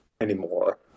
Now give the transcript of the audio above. anymore